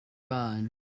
run